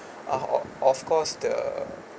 ah of of course the